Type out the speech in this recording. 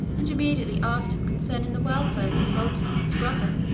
and immediately asked him concerning the welfare of the sultan his brother.